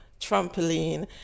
trampoline